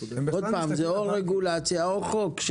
זה או רגולציה או חוק,